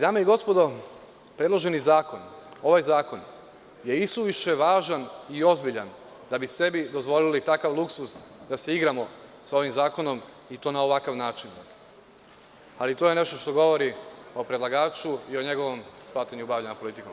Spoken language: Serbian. Dame i gospodo, predloženi zakon je isuviše važan i ozbiljan da bi sebi dozvolili takav luksuz da se igramo sa ovim zakonom i to na ovakav način, ali to je nešto što govori o predlagaču i o njegovom shvatanju bavljenja politikom.